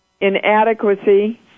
Inadequacy